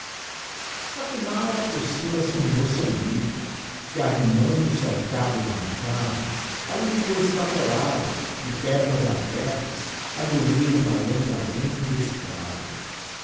afinal approxima se um moçambique que arrimando se ao cabo do machado alli ficou estatelado de pernas abertas a grunhir uma lenga lenga indecifrável